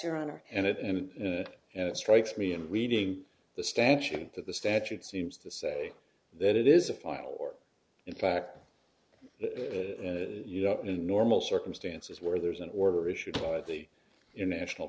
your honor and it and you know it strikes me in reading the statute that the statute seems to say that it is a file or in fact normal circumstances where there is an order issued by the international